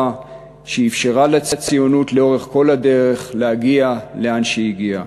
שאפשרה לציונות לאורך כל הדרך להגיע לאן שהיא הגיעה.